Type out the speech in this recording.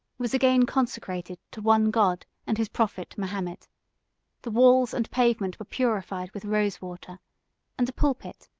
was again consecrated to one god and his prophet mahomet the walls and pavement were purified with rose-water and a pulpit,